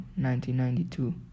1992